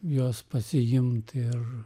juos pasiimt ir